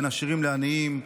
בין עשירים לעניים,